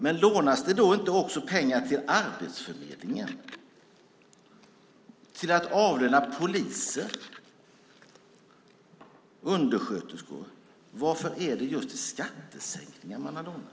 Men lånas det då inte också pengar till Arbetsförmedlingen och till att avlöna poliser och sjuksköterskor? Varför är det just till skattesänkningar man har lånat?